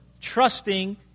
trusting